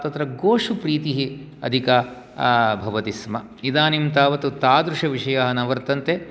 तत्र गोषु प्रीतिः अधिका भवति स्म इदानीं तावत् तादृशविषयाः न वर्तन्ते